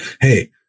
Hey